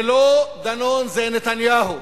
זה לא דנון, זה נתניהו.